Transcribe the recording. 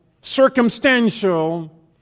circumstantial